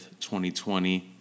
2020